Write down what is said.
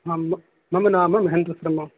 हम्म मम नाम महेन्द्रशर्मा